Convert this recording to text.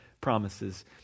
promises